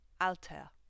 Alter